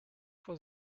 for